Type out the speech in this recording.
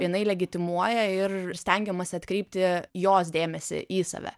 jinai legitimuoja ir stengiamasi atkreipti jos dėmesį į save